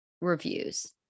reviews